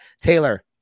Taylor